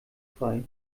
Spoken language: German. frei